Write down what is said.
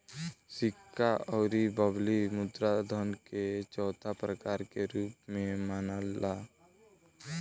सिक्का अउर बबली मुद्रा धन के चौथा प्रकार के रूप में मनाला